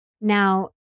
Now